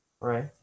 Right